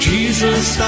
Jesus